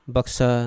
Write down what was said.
Baksa